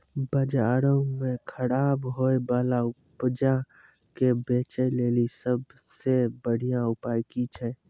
बजारो मे खराब होय बाला उपजा के बेचै लेली सभ से बढिया उपाय कि छै?